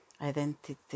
identity